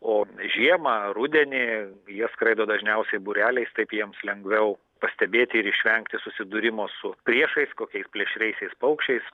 o žiemą rudenį jie skraido dažniausiai būreliais taip jiems lengviau pastebėti ir išvengti susidūrimo su priešais kokiais plėšriaisiais paukščiais